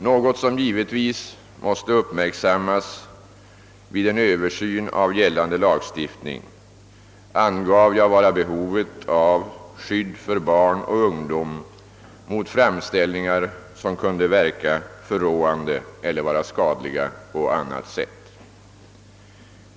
Något som givetvis måste uppmärksammas vid en översyn av gällande lagstiftning angav jag vara behovet av skydd för barn och ungdom mot framställningar som kunde verka förråande eller vara skadliga på annat sätt.